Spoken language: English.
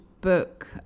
book